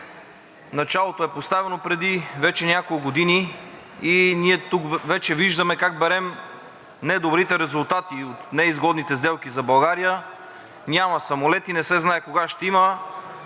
е поставено преди вече няколко години и ние тук вече виждаме как берем недобрите резултати от неизгодните сделки за България – няма самолети, не се знае кога ще има.